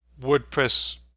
WordPress